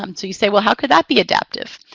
um so you say, well how could that be adaptive?